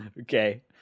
Okay